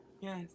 Yes